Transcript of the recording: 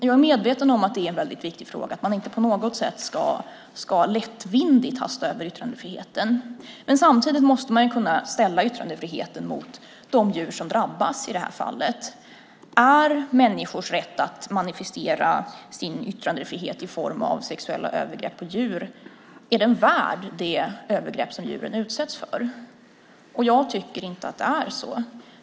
Jag är medveten om att det är en väldigt viktig fråga att man inte på något sätt lättvindigt ska hasta över yttrandefriheten. Men samtidigt måste man kunna ställa yttrandefriheten mot de djur som i det här fallet drabbas. Är människors rätt att manifestera sin yttrandefrihet i form av sexuella övergrepp på djur värd de övergrepp som djuren utsätts för? Jag tycker inte det.